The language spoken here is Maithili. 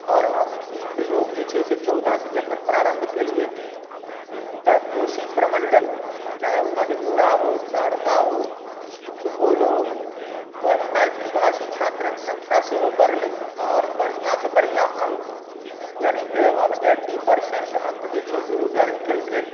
आओर हम ई प्रयोग जे छै चौदहसॅं जखन प्रारम्भ केलियै तऽ कोशी प्रमंडल चाहे ओ मधेपुरा हो सहरसा हो सुपौल हो ओहिमे मैथिलीभाषी छात्रक संख्या सेहो बढलै आओर बढ़िआँसॅं बढ़िआँ अंक यानि एभव एटी परसेंट अंक ओ जे छै से दर्ज केलकै